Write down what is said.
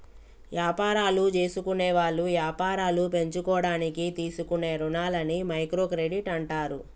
యాపారాలు జేసుకునేవాళ్ళు యాపారాలు పెంచుకోడానికి తీసుకునే రుణాలని మైక్రో క్రెడిట్ అంటారు